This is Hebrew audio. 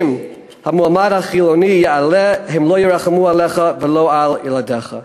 ואם המועמד החילוני יעלה הם לא ירחמו עליך ולא על ילדיך.